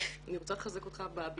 האלוף בריק,